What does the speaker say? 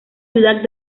ciudad